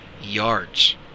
yards